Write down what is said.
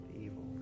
evil